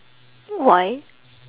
why